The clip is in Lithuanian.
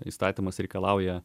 įstatymas reikalauja